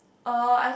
uh I've